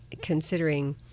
considering